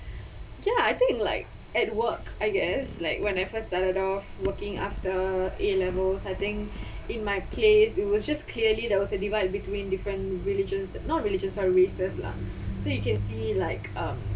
ya I think like at work I guess like when I first started off working after a_levels I think in my place it was just clearly there was a divide between different religions not religions sorry races lah so you can see like um